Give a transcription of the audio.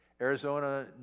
Arizona